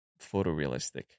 photorealistic